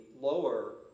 lower